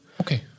Okay